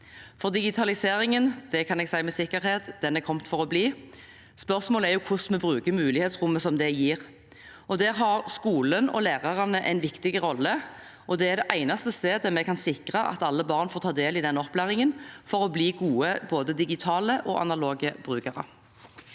bli – det kan jeg si med sikkerhet. Spørsmålet er hvordan vi bruker mulighetsrommet det gir. Der har skolen og lærerne en viktig rolle. Det er det eneste stedet vi kan sikre at alle barn får ta del i opplæringen for å bli gode både digitale og analoge brukere.